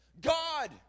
God